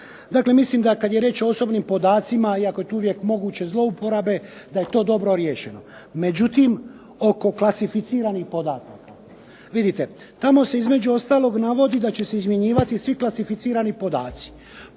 Dakle, mislim da kad je riječ o osobnim podacima iako je tu uvijek moguće zlouporabe, da je to dobro riješeno. Međutim, oko klasificiranih podataka vidite tamo se između ostalog navodi da će se izmjenjivati svi klasificirani podaci.